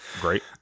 Great